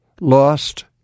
lost